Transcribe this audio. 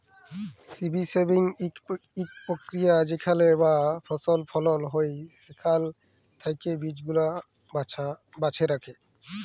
seed saving ইকট পক্রিয়া যেখালে যা ফসল ফলল হ্যয় সেখাল থ্যাকে বীজগুলা বাছে রাখা